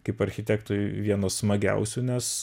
kaip architektui vienos smagiausių nes